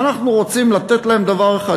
אנחנו רוצים לתת להם דבר אחד,